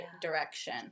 direction